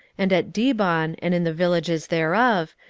and at dibon, and in the villages thereof,